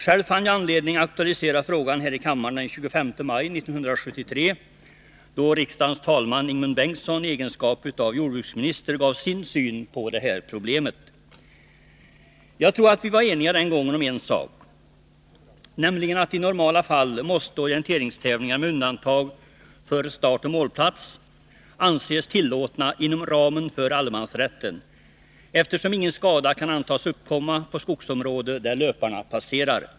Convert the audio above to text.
Själv fann jag anledning att aktualisera frågan här i kammaren den 25 maj 1973, då riksdagens talman Ingemund Bengtsson i egenskap av jordbruksminister gav sin syn på problemet. Jag tror att vi den gången var eniga om en sak, nämligen att i normala fall måste orienteringstävlingar — med undantag för startoch målplats — anses tillåtna inom ramen för allemansrätten, eftersom ingen skada kan antas uppkomma på skogsområde där löparna passerar.